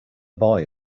boy